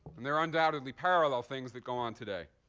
and there are undoubtedly parallel things that go on today.